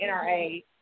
NRA